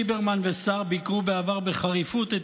ליברמן וסער ביקרו בעבר בחריפות את